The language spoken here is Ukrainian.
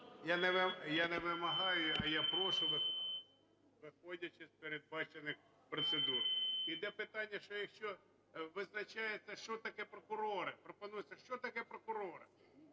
Я не вимагаю, а я прошу, виходячи з передбачених процедур. Йде питання, що якщо визначається, що таке "прокурори". Пропонується… Що таке